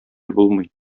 булмый